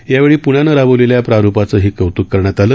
या वेळी पृण्यानं राबवलेल्या प्ररुपाचंही कौतुक करण्यात आलं